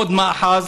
עוד מאחז.